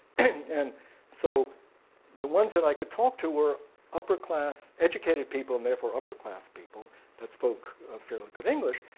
and so the ones that i could talk to were upper class educated people and therefore upper class people that spoke fairly good english.